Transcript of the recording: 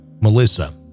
Melissa